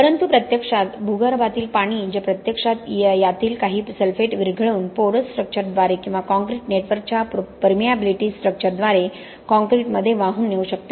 परंतु प्रत्यक्षात भूगर्भातील पाणी जे प्रत्यक्षात यातील काही सल्फेट विरघळवून पोरस स्ट्रक्चरद्वारे किंवा काँक्रीट नेटवर्कच्या पेर्मियबिलिटी स्ट्रक्चरद्वारे काँक्रीटमध्ये वाहून नेऊ शकते